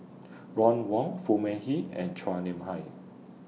Ron Wong Foo Mee Hee and Chua Nam Hai